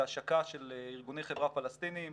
בהשקה של ארגוני חברה פלסטיניים,